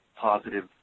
positive